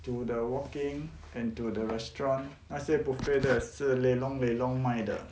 to the walking and to the restaurant 那些 buffet 的是 lelong lelong 卖的